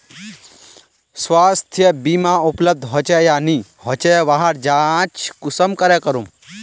स्वास्थ्य बीमा उपलब्ध होचे या नी होचे वहार जाँच कुंसम करे करूम?